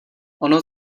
ono